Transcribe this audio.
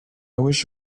wish